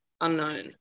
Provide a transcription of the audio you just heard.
unknown